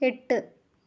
എട്ട്